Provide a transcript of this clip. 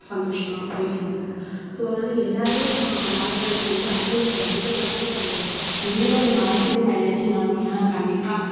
சந்தோஷமாக போய்ட்டுருக்கும் ஸோ அதனால் எல்லோருமே தான் வாழ்நாளில் வந்து அட்லீஸ்ட் கொறைஞ்ச பட்சம் ஒரு இருபது மரத்துக்கு மேலேயாச்சும் நடணும் ஏன்னா கண்டிப்பாக